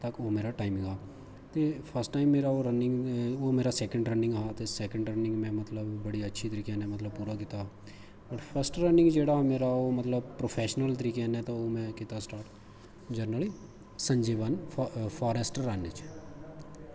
तक मेरा टाईमिंग हा ते ते ओह् मेरा सैंक्ड रनिंग हा ते सैकन रनिंग में बड़े अच्छे मतलब तरीके नै कीता फस्ट रनिंग जेह्ड़ा मेरा प्रोफैशनल तरीके नै कीता स्टार्ट जानि संजिबन रन्निंग फॉरैस्ट च